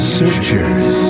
searchers